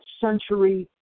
century